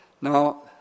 Now